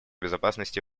безопасности